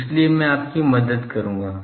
इसलिए मैं आपकी मदद करूंगा